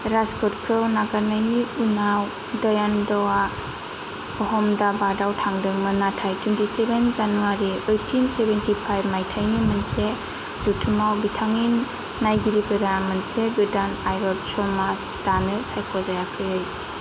राजकोटखौ नागारनायनि उनाव दयानंद'आ अहमदाबादआव थांदों मोन नाथाय twenty seven January eighteen seventy five मायथाइनि मोनसे जथुमाव बिथांनि नायगिरिफोरा मोनसे गोदान आयर'थ समाज दानो सायख'जायाखै